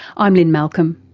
i'm lynne malcolm,